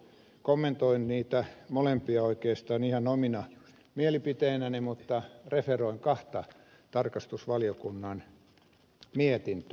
kommentoin niitä molempia oikeastaan ihan omina mielipiteinäni mutta referoin kahta tarkastusvaliokunnan mietintöä